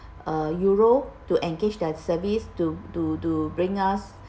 uh euro to engage their service to to to bring us